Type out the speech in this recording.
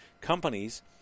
companies